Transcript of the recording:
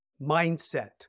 mindset